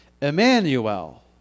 Emmanuel